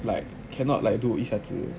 like cannot like do 一下子